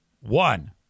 One